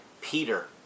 Peter